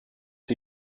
sie